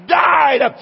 died